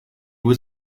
was